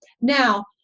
now